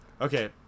Okay